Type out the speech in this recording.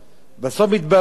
בסוף מתברר לו,